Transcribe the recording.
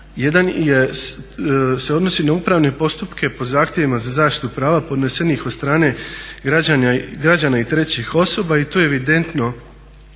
jedan se odnosi na upravne postupke po zahtjevima za zaštitu prava podnesenih od strane građana i trećih osoba i tu je evidentno